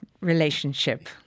relationship